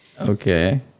Okay